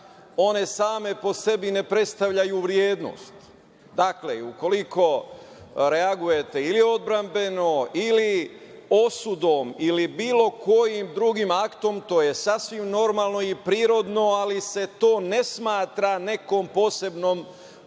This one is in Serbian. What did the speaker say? one same po sebi ne predstavljaju vrednost. Dakle, ukoliko reagujete ili odbrambeno ili osudom ili bilo kojim drugim aktom, to je sasvim normalno i prirodno, ali se to ne smatra nekom posebnom